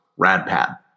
RadPad